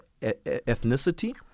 ethnicity